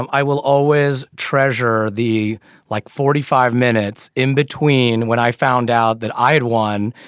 i will always treasure the like forty five minutes in between when i found out that i had won.